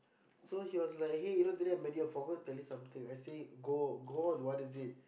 so he was like hey you know today I met you I forgot to tell you something I said go go on what is it